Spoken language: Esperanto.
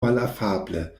malafable